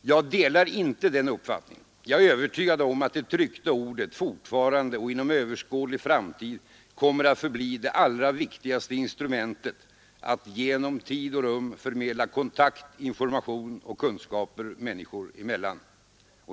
Jag delar inte den uppfattningen. Jag är övertygad om att det tryckta ordet fortfarande och inom överskådlig framtid kommer att förbli det allra viktigaste instrumentet att genom tid och rum förmedla kontakt, information och kunskaper människor emellan.